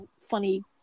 funny